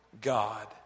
God